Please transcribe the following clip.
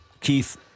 Keith